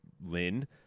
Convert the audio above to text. Lynn